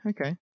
okay